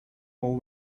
all